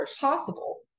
possible